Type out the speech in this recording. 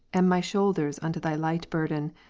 and my shoulders unto thy light burthen,